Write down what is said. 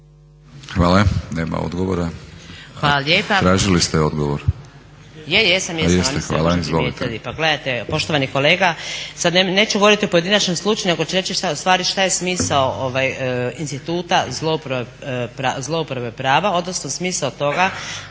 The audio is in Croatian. Hvala. Izvolite. **Čavlović Smiljanec, Nada (SDP)** Pa gledajte, poštovani kolega sad neću govoriti o pojedinačnom slučaju nego ću reći u stvari što je smisao instituta zlouporabe prava, odnosno smisao toga